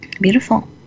Beautiful